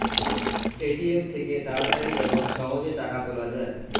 ATM থেকে তাড়াতাড়ি এবং সহজে টাকা তোলা যায়